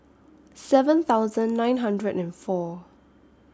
seven thousand nine hundred and four